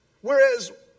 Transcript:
Whereas